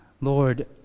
Lord